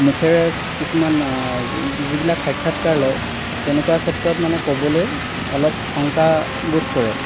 মুখেৰে কিছুমান যিবিলাক সাক্ষাৎকাৰ লয় তেনেকুৱা ক্ষেত্ৰত মানে ক'বলৈ অলপ শংকাবোধ কৰে